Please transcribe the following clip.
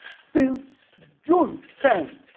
since june ten,